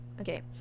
okay